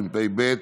התשפ"ב 2022,